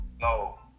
No